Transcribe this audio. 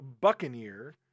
buccaneer